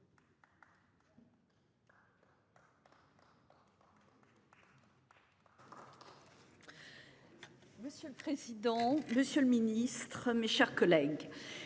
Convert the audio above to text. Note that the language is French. Monsieur le président, Monsieur le Ministre, mes chers collègues.